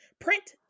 print